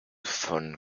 von